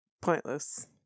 pointless